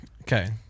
Okay